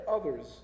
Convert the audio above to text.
others